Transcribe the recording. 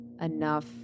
enough